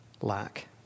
lack